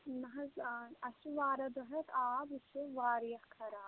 نہَ حظ اَسہِ چھُ واریاہ دۅہ حظ آب یہِ چھُ واریاہ خَراب